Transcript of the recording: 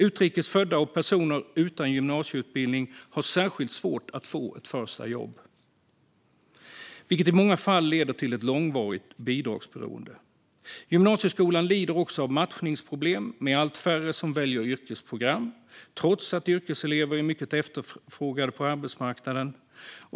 Utrikes födda och personer utan gymnasieutbildning har särskilt svårt att få ett första jobb, vilket i många fall leder till ett långvarigt bidragsberoende. Gymnasieskolan lider också av matchningsproblem med allt färre som väljer yrkesprogram, trots att yrkeselever är mycket efterfrågade på arbetsmarknaden.